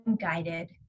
guided